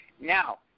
Now